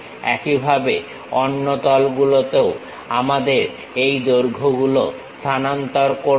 একইভাবে অন্য তলগুলোতেও আমরা এই দৈর্ঘ্য গুলো স্থানান্তর করবো